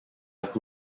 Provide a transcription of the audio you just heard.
who